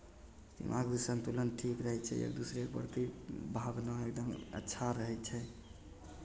दिमागी सन्तुलन ठीक रहै छै एक दूसरेके प्रति भावना एकदम अच्छा रहै छै